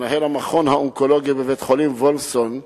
מנהל המכון האונקולוגי בבית-החולים "וולפסון",